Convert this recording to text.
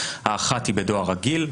האחת היא בדואר רגיל,